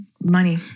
money